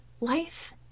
life